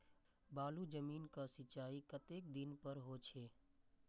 बालू जमीन क सीचाई कतेक दिन पर हो छे?